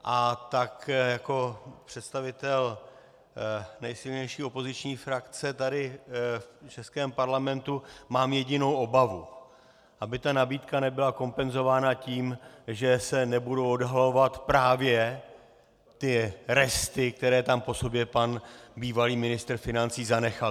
A jako představitel nejsilnější opoziční frakce tady v českém parlamentu mám jedinou obavu aby ta nabídka nebyla kompenzována tím, že se nebudou odhalovat právě ty resty, které tam po sobě pan bývalý ministr financí zanechal.